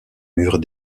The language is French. murs